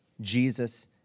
Jesus